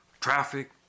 traffic